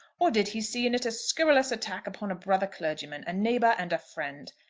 or did he see in it a scurrilous attack upon a brother clergyman, a neighbour, and a friend?